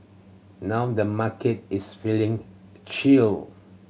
now the market is feeling chill